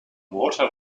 water